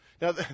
Now